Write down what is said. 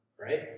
right